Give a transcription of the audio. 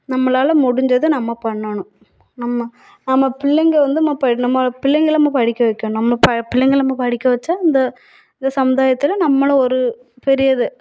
நம்மளால் முடிஞ்சதை நம்ம பண்ணணும் நம்ம நம்ம பிள்ளைங்கள் வந்து நம்ம ப பிள்ளைங்களை நம்ம படிக்க வைக்கணும் நம்ம ப பிள்ளைங்கள் நம்ம படிக்க வச்சால் இந்த இந்த சமுதாயத்தில் நம்மளும் ஒரு பெரிய இது